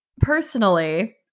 personally